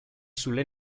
sulle